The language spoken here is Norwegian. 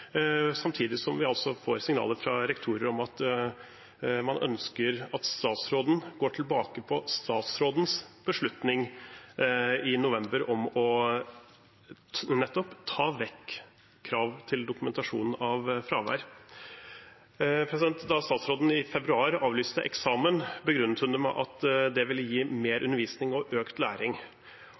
samtidig som vi altså får signaler fra rektorer om at man ønsker at statsråden går tilbake på sin beslutning fra november om nettopp å ta vekk kravet til dokumentasjon av fravær. Da statsråden i februar avlyste eksamen, begrunnet hun det med at det ville gi mer undervisning og økt læring.